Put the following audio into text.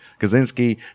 Kaczynski